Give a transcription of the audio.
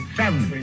seven